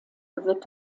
wird